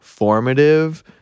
formative